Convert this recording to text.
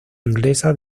inglesa